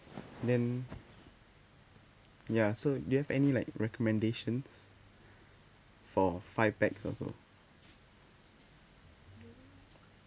then ya so do you have any like recommendations for five pax also